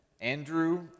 Andrew